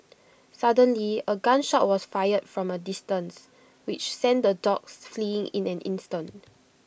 suddenly A gun shot was fired from A distance which sent the dogs fleeing in an instant